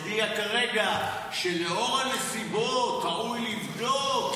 הודיע כרגע שלנוכח הנסיבות ראוי לבדוק,